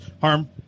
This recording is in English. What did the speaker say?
Harm